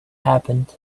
happened